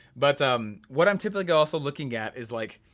but um what i'm typically also looking at is like,